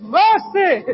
mercy